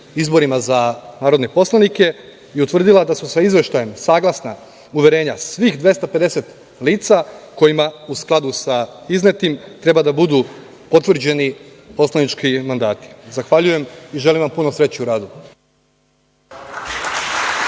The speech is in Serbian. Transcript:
izborima za narodne poslanike i utvrdila da su sa izveštajem saglasna uverenja svih 250 lica kojima u skladu sa iznetim treba da budu potvrđeni poslanički mandati. Zahvaljujem i želim vam puno sreće u radu.